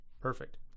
Perfect